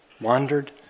wandered